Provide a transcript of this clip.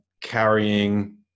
carrying